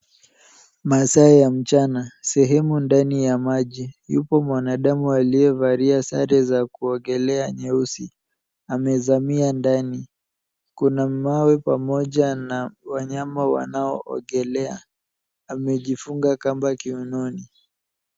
Masaa ya mchana sehemu ndani ya maji. Yupo mwanadamu aliyevaa sare za kuogelea nyeusi, amezamia ndani. Kuna mawe pamoja na wanyama wanaoogelea. Amejifunga kamba kiunoni.